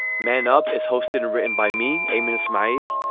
man up is hosted and written by me. a man's mind.